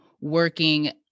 working